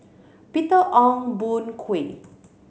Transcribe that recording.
Peter Ong Boon Kwee